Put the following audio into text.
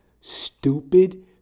stupid